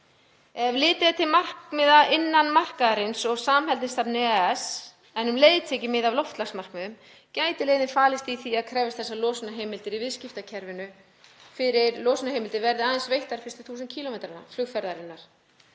Ef litið er til markmiða innan markaðarins og samheldnistefnu EES, en um leið tekið mið af loftslagsmarkmiðum, gæti leiðin falist í því að krefjast þess að losunarheimildir í viðskiptakerfinu með losunarheimildir verði aðeins veittar fyrstu 1000 kílómetra flugferðarinnar